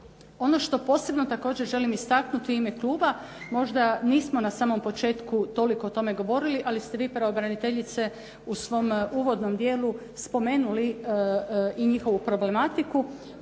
Ono što posebno također želim istaknuti u ime kluba, možda nismo na samom početku toliko o tome govorili, ali ste vi pravobraniteljice u svom uvodnom djelu spomenuli i njihovu problematiku,